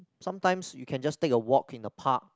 sometimes you can just take a walk in the park